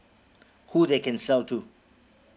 who they can sell to